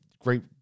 great